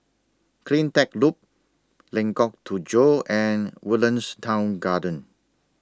CleanTech Loop Lengkok Tujoh and Woodlands Town Garden